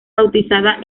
bautizada